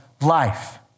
life